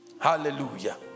hallelujah